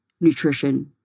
nutrition